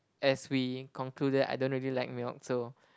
as we concluded I don't really like milk so